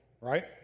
right